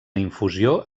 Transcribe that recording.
infusió